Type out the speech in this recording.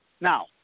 Now